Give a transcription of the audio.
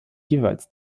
jeweils